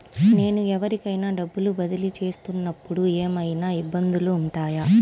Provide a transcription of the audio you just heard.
నేను ఎవరికైనా డబ్బులు బదిలీ చేస్తునపుడు ఏమయినా ఇబ్బందులు వుంటాయా?